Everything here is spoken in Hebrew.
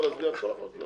למה מיהרתי?